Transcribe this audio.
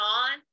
on